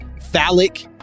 phallic